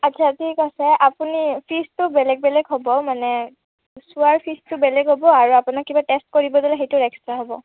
আচ্ছা ঠিক আছে আপুনি ফিজটো বেলেগ বেলেগ হ'ব মানে চোৱাৰ ফিজটো বেলেগ হ'ব আৰু আপোনাক কিবা টেষ্ট কৰিব দিলে সেইটোৰ এক্সট্ৰা হ'ব